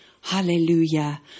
Hallelujah